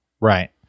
Right